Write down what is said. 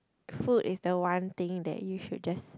food is the one things that you should just